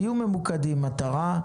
תהיו ממוקדי מטרה.